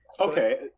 okay